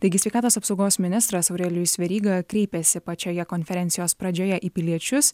taigi sveikatos apsaugos ministras aurelijus veryga kreipėsi pačioje konferencijos pradžioje į piliečius